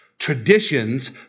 Traditions